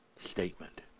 statement